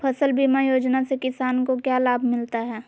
फसल बीमा योजना से किसान को क्या लाभ मिलता है?